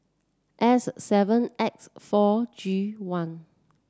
S seven X four G one